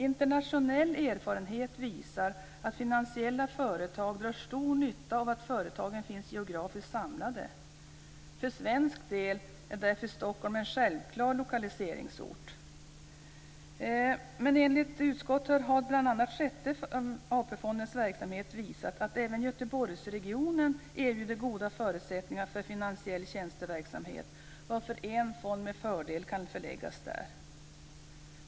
Internationell erfarenhet visar att finansiella företag drar stor nytta av att företagen finns geografiskt samlade. För svensk del är därför Stockholm en självklar lokaliseringsort. Men enligt utskottet har bl.a. Sjätte AP-fondens verksamhet visat att även Göteborgsregionen erbjuder goda förutsättningar för finansiell tjänsteverksamhet, varför en fond med fördel kan förläggas där.